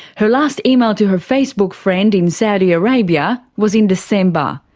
her last email to her facebook friend in saudi arabia was in december.